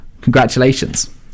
congratulations